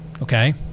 Okay